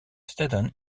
steden